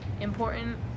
important